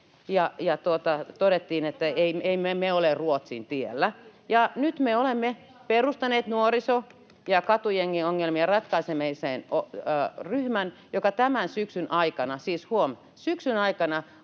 Todettiin, että emme me ole Ruotsin tiellä. Ja nyt me olemme perustaneet nuoriso- ja katujengiongelmien ratkaisemiseksi ryhmän, joka tämän syksyn aikana — siis huom.! syksyn aikana